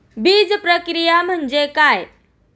बीजप्रक्रिया म्हणजे काय?